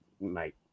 mate